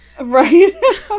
Right